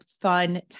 fun